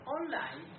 Online